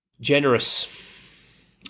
generous